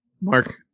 Mark